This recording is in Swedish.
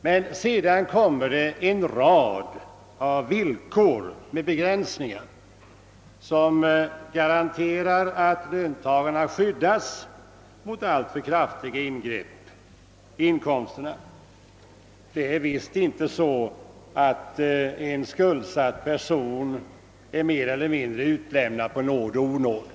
Men det finns en rad villkor med begränsningar, som garanterar att låntagarna skyddas mot alltför kraftiga ingrepp i inkomsterna. Det är visst inte så, att en skuldsatt person är mer eller mindre utlämnad på nåd och onåd.